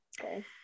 Okay